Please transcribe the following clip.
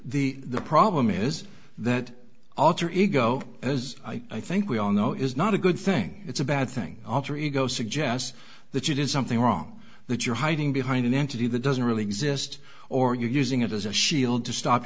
but the problem is that alter ego as i think we all know is not a good thing it's a bad thing alter ego suggests that you did something wrong that you're hiding behind an entity that doesn't really exist or you're using it as a shield to stop